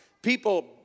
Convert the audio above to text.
People